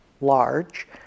large